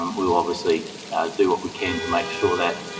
um we will obviously do what we can to make sure that,